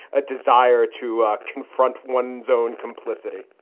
a desire to confront one's own complicity?